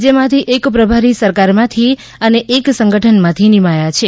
જેમાંથી એક પ્રભારી સરકારમાંથી એન એક સંગઠનમાંથી નિમાયા છે